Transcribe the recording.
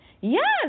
Yes